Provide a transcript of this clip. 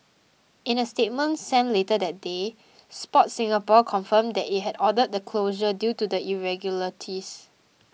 in a statement sent later that day Sport Singapore confirmed that it had ordered the closure due to the irregularities